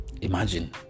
Imagine